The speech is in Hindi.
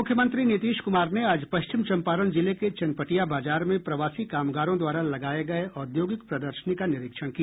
मूख्यमंत्री नीतीश कुमार ने आज पश्चिम चंपारण जिले के चनपटिया बाजार में प्रवासी कामगारों द्वारा लगाये गये औद्योगिक प्रदर्शनी का निरीक्षण किया